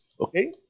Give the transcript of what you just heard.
Okay